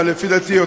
ולפי דעתי,